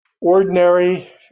Ordinary